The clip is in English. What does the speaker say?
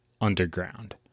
underground